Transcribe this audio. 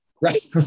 Right